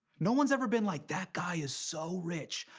no one's ever been like, that guy is so rich,